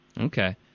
Okay